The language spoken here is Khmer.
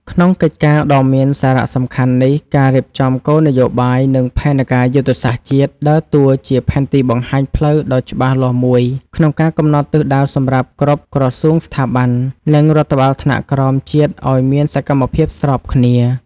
ក្នុងកិច្ចការដ៏មានសារៈសំខាន់នេះ ការរៀបចំគោលនយោបាយ និងផែនការយុទ្ធសាស្ត្រជាតិ ដើរតួជាផែនទីបង្ហាញផ្លូវដ៏ច្បាស់លាស់មួយ ក្នុងការកំណត់ទិសដៅសម្រាប់គ្រប់ក្រសួងស្ថាប័ន និងរដ្ឋបាលថ្នាក់ក្រោមជាតិឱ្យមានសកម្មភាពស្របគ្នា។